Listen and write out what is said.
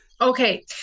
Okay